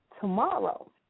tomorrow